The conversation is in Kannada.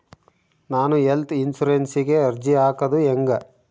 ನಾನು ಹೆಲ್ತ್ ಇನ್ಸುರೆನ್ಸಿಗೆ ಅರ್ಜಿ ಹಾಕದು ಹೆಂಗ?